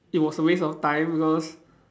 it was a waste of time because